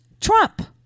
Trump